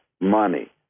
money